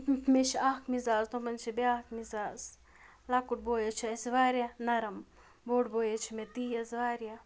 مےٚ چھِ اَکھ مِزاز تِمَن چھِ بیٛاکھ مِزاز لَکُٹ بوے حظ چھِ اَسہِ واریاہ نَرم بوٚڑ بوے حظ چھِ مےٚ تیز واریاہ